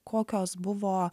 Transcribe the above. kokios buvo